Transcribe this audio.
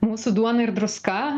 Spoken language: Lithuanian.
mūsų duona ir druska